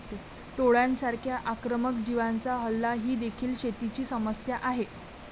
टोळांसारख्या आक्रमक जीवांचा हल्ला ही देखील शेतीची समस्या आहे